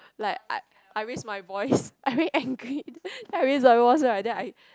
like I I raise my voice I very angry then I raise my voice right then I